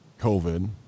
COVID